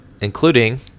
including